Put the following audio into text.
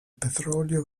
petrolio